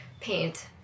paint